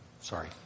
Sorry